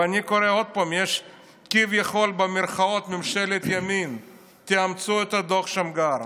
ואני קורא עוד פעם: יש כביכול "ממשלת ימין" תאמצו את דוח שמגר.